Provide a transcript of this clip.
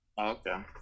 Okay